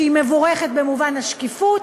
שהיא מבורכת במובן השקיפות,